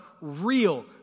real